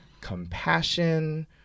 compassion